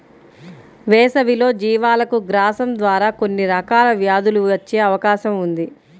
వేసవిలో జీవాలకు గ్రాసం ద్వారా కొన్ని రకాల వ్యాధులు వచ్చే అవకాశం ఉంది